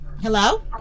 Hello